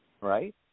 Right